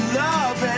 love